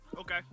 okay